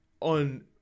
on